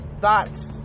thoughts